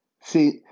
see